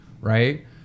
right